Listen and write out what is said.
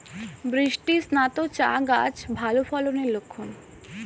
বৃষ্টিস্নাত চা গাছ ভালো ফলনের লক্ষন